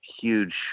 huge